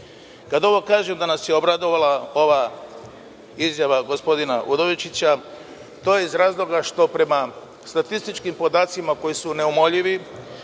ovo kažem, da nas je obradovala ova izjava gospodina Udovičića, to iz razloga što prema statističkim podacima koji su neumoljivi,